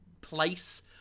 place